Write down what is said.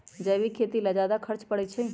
जैविक खेती ला ज्यादा खर्च पड़छई?